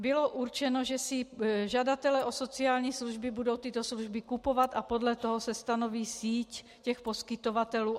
Bylo určeno, že si žadatelé o sociální služby budou tyto služby kupovat a podle toho se stanoví síť těch poskytovatelů.